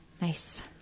Nice